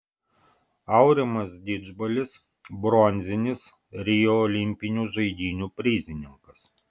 aurimas didžbalis bronzinis rio olimpinių žaidynių prizininkas